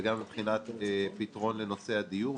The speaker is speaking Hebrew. וגם מבחינת פתרון לנושא הדיור,